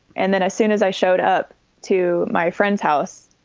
and then as soon as i showed up to my friend's house,